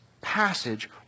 passage